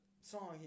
song